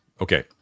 okay